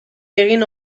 egin